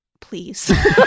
please